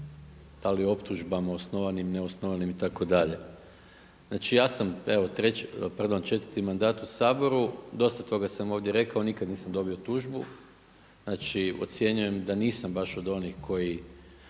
da li optužbama osnovanim, neosnovanim itd. Znači, ja sam evo četvrti mandat u Saboru, dosta toga sam ovdje rekao, nikad nisam dobio tužbu. Znači, ocjenjujem da nisam baš od onih koji